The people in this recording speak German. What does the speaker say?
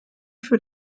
für